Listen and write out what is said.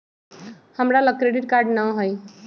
हमरा लग credit card नऽ हइ